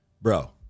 Bro